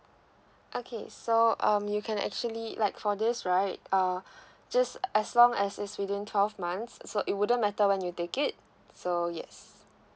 okay so um you can actually like for this right uh just as long as it's within twelve months so it wouldn't matter when you take it so yes